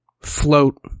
float